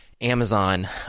amazon